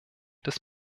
des